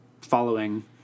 following